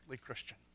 Christian